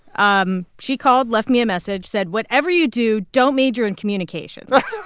um she called, left me a message, said, whatever you do, don't major in communications